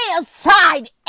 aside